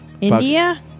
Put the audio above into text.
India